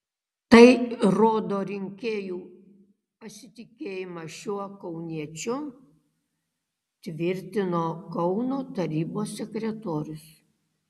tai rodo rinkėjų pasitikėjimą šiuo kauniečiu tvirtino kauno tarybos sekretorius